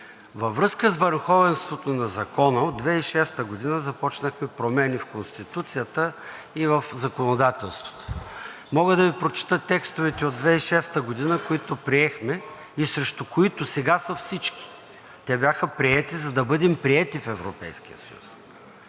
Във връзка с върховенството на Закона от 2006 г. започнахме промени в Конституцията и в законодателството. Мога да Ви прочета текстовете от 2006 г., които приехме, и срещу които сега са всички. Те бяха приети, за да бъдем приети в Европейския съюз.